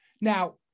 Now